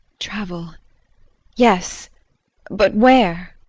travel yes but where?